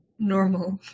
normal